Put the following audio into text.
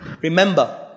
remember